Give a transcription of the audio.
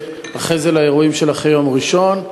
ואחרי זה לאירועים של אחרי יום ראשון.